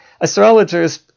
Astrologers